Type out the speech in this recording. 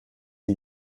sie